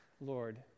Lord